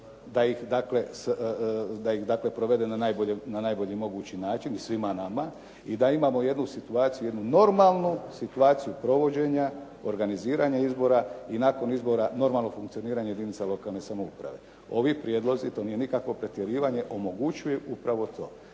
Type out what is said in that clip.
da ih dakle provede na najbolji mogući način i svima nama i da imamo jednu situaciju, jednu normalnu situaciju provođenja, organiziranja izbora i nakon izbora normalno funkcioniranje jedinica lokalne samouprave. Ovi prijedlozi, to nije nikakvo pretjerivanje, omogućuju upravo to.